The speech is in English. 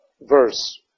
verse